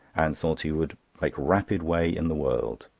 and thought he would make rapid way in the world.